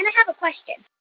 and have a question.